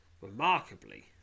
Remarkably